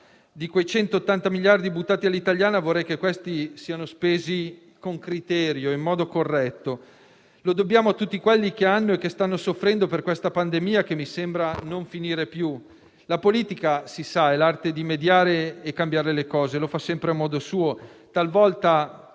di quei 180 miliardi di euro buttati all'italiana, vorrei che queste altre risorse fossero spese con criterio e in modo corretto; lo dobbiamo a tutti quelli che hanno sofferto e che stanno soffrendo per questa pandemia, che mi sembra non finire più. La politica, si sa, è l'arte di mediare e cambiare le cose, e lo fa sempre a modo suo;